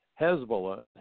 Hezbollah